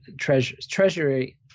Treasury